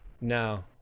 No